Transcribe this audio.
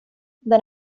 där